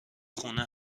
خونه